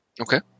Okay